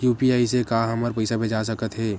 UPI से का हमर पईसा भेजा सकत हे?